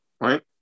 right